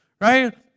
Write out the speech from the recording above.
right